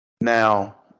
Now